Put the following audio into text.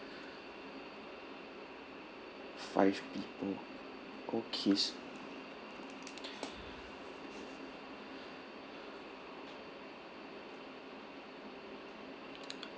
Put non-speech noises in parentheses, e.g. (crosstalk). five people okay s~ (breath)